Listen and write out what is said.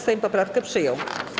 Sejm poprawkę przyjął.